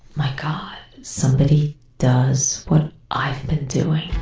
my god, somebody does what i've been doing.